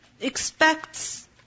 expects